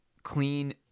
clean